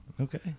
okay